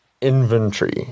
inventory